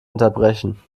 unterbrechen